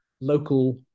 local